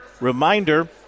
reminder